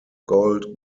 gold